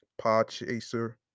Podchaser